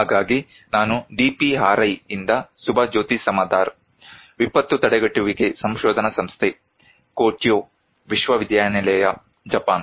ಹಾಗಾಗಿ ನಾನು DPRI ಯಿಂದ ಸುಭಜೋತಿ ಸಮದ್ದಾರ್ ವಿಪತ್ತು ತಡೆಗಟ್ಟುವಿಕೆ ಸಂಶೋಧನಾ ಸಂಸ್ಥೆ ಕ್ಯೋಟೋ ವಿಶ್ವವಿದ್ಯಾಲಯ ಜಪಾನ್